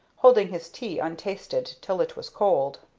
holding his tea untasted till it was cold.